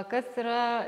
kas yra